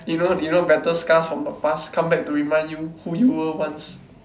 you know you know battle scars from the past come back to remind you who you were once